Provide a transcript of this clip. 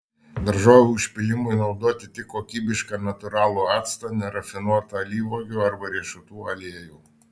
daržovių užpylimui naudoti tik kokybišką natūralų actą nerafinuotą alyvuogių arba riešutų aliejų